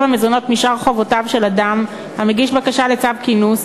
המזונות משאר חובותיו של אדם המגיש בקשה לצו כינוס.